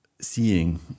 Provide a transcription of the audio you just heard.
seeing